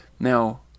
Now